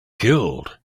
killed